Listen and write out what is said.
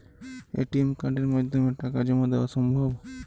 ATM কার্ডের মাধ্যমে টাকা জমা দেওয়া সম্ভব?